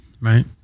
right